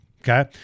okay